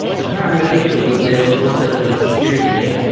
the paramedic that was there was also doing security, yeah?